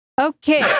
Okay